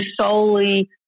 solely